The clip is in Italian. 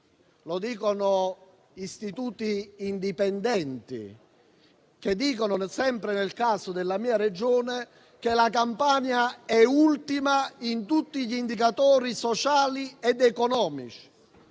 lo dicono istituti indipendenti, che dicono, sempre nel caso della mia Regione, che la Campania è ultima in tutti gli indicatori sociali ed economici.